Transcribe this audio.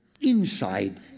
inside